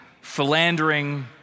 philandering